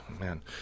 man